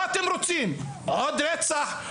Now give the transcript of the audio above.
מה אתם רוצים עוד רצח?